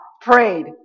prayed